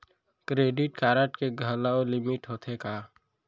Credit card के घलव limit होथे का?